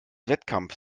wettkampf